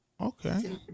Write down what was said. okay